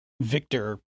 Victor